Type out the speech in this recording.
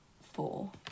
four